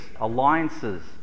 alliances